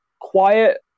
quiet